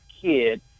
kid